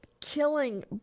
Killing